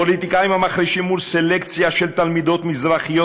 פוליטיקאים המחרישים מול סלקציה של תלמידות מזרחיות